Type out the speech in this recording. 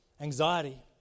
anxiety